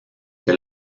que